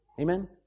Amen